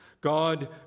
God